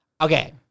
Okay